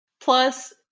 Plus